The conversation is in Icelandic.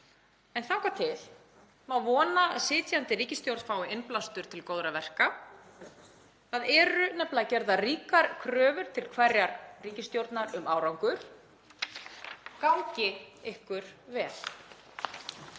en þangað til má vona að sitjandi ríkisstjórn fái innblástur til góðra verka. Það eru nefnilega gerðar ríkar kröfur til hverrar ríkisstjórnar um árangur. Gangi ykkur vel.